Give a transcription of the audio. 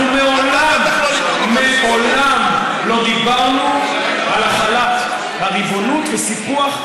אנחנו מעולם לא דיברנו על החלת הריבונות וסיפוח,